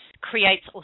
creates